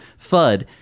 FUD